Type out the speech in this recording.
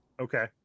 okay